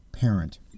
Parent